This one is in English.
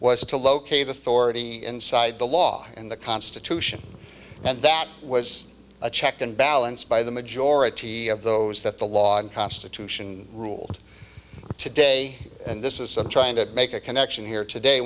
was to locate authority inside the law and the constitution and that was a check and balance by the majority of those that the log constitution ruled today and this is i'm trying to make a connection here today